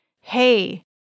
hey